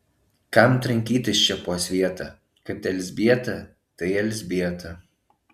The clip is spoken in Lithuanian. kam trankytis čia po svietą kad elzbieta tai elzbieta